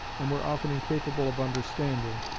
and were often incapable of understanding,